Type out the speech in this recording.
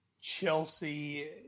Chelsea